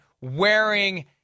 wearing